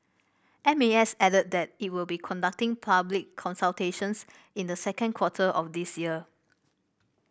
M A S added that it will be conducting public consultations in the second quarter of this year